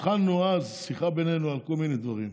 התחלנו אז שיחה בינינו על כל מיני דברים,